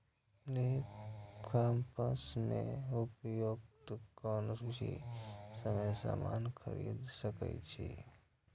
ई commerce मे उपभोक्ता कोनो भी समय सामान खरीद सकैए